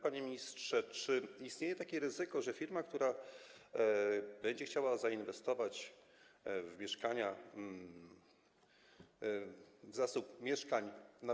Panie ministrze, czy istnieje takie ryzyko, że firma, która będzie chciała zainwestować w mieszkania, w zasób mieszkań na wynajem.